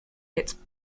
its